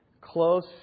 close